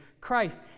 Christ